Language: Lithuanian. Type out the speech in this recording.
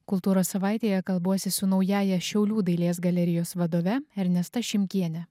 kultūros savaitėje kalbuosi su naująja šiaulių dailės galerijos vadove ernesta šimkiene